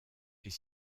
est